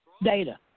Data